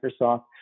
Microsoft